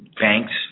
banks